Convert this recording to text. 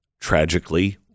tragically